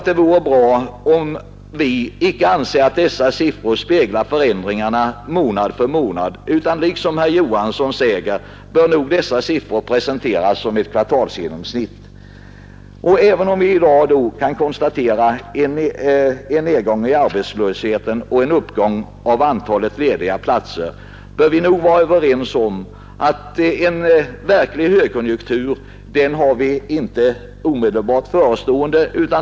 Det vore bra om vi kunde inse att dessa siffror icke speglar förändringar månad för månad; som herr Knut Johansson säger bör dessa siffror presenteras som ett kvartalsgenomsnitt. Även om vi alltså i dag kan konstatera en nedgång i arbetslösheten och en uppgång av antalet lediga platser, bör vi nog kunna vara överens om att någon verklig högkonjunktur inte är omedelbart förestående.